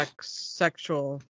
sexual